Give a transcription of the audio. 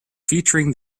featuring